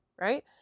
right